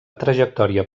trajectòria